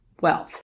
wealth